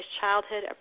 childhood